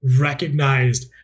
recognized